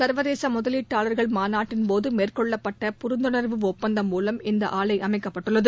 சர்வதேச முதலீட்டாளர்கள் மாநாட்டின்போது மேற்கொள்ளப்பட்ட புரிந்துணர்வு ஒப்பந்தம் மூலம் இந்த ஆலை அமைக்கப்பட்டுள்ளது